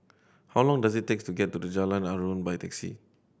how long does it take to get to Jalan Aruan by taxi